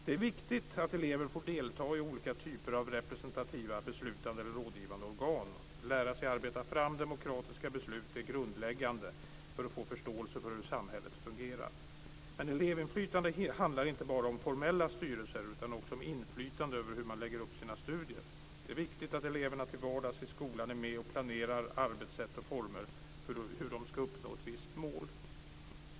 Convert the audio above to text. Det är viktigt att elever får delta i olika typer av representativa, beslutande eller rådgivande organ, lära sig det grundläggande för att arbeta fram demokratiska beslut för att få förståelse för hur samhället fungerar. Men elevinflytande handlar inte bara om formella styrelser, utan det handlar också om inflytande över hur man lägger upp sina studier. Det är viktigt att eleverna till vardags i skolan är med och planerar arbetssätt och arbetsformer för hur de ska uppnå ett visst mål.